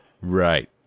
Right